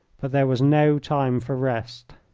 but there was no time for rest.